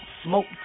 Smoke